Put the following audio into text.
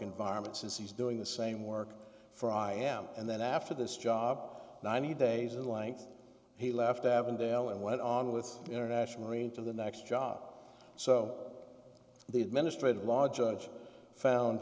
environment since he's doing the same work for i am and then after this job ninety days in length he left avondale and went on with international mean to the next job so the administrative law judge found